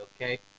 okay